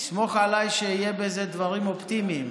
תסמוך עליי שיהיה בזה דברים אופטימיים.